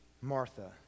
Martha